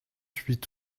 huit